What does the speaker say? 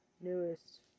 newest